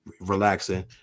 relaxing